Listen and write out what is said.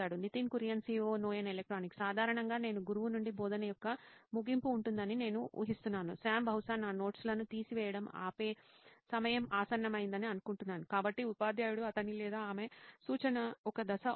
Nitin Kurian COO నోయిన్ electronics సాధారణంగా నేను గురువు నుండి బోధన యొక్క ముగింపు ఉంటుందని నేను ఊహిస్తున్నాను సామ్ బహుశా నా నోట్స్ లను తీసివేయడం ఆపే సమయం ఆసన్నమైందని అనుకుంటాను కాబట్టి ఉపాధ్యాయుడు అతని లేదా ఆమె సూచన ఒక దశ అవుతుంది